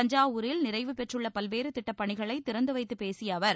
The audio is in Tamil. தஞ்சாவூரில் நிறைவுபெற்றுள்ள பல்வேறு திட்டப்பணிகளை திறந்து வைத்துப் பேசிய அவர்